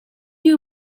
you